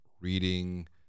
reading